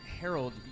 Harold